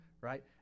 right